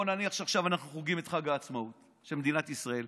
בוא נניח שעכשיו אנחנו חוגגים את חג העצמאות של מדינת ישראל,